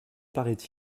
paraît